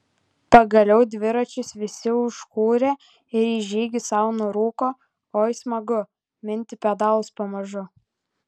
pagaliau dviračius visi užkūrė ir į žygį sau nurūko oi smagu minti pedalus pamažu